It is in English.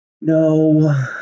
No